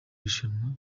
rushanwa